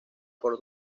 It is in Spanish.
por